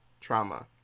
trauma